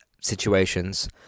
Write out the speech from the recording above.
situations